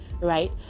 right